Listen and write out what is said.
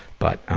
but, um,